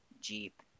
Jeep